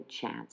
chance